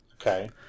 Okay